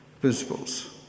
principles